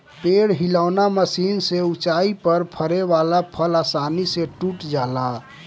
पेड़ हिलौना मशीन से ऊंचाई पर फरे वाला फल आसानी से टूट जाला